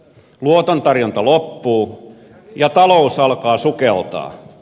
luotontarjonta loppuu ja talous alkaa sukeltaa